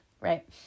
right